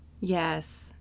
Yes